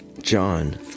John